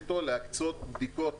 ועכשיו הם נמצאים בסיטואציה שהם כבר